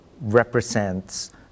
represents